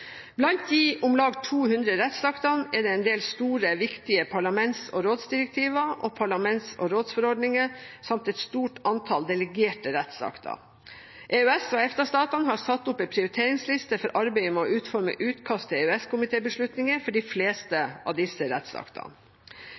Blant de om lag 200 rettsaktene er det en del store, viktige parlaments- og rådsdirektiver og parlaments- og rådsforordninger samt et stort antall delegerte rettsakter. EØS/EFTA-statene har satt opp en prioriteringsliste for arbeidet med å utforme utkast til EØS-komitébeslutninger for de fleste av disse rettsaktene.